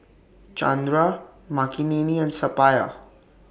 Chandra Makineni and Suppiah